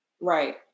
Right